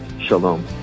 Shalom